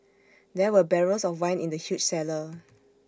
there were barrels of wine in the huge cellar